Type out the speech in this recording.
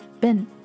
Ben